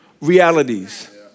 realities